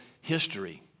history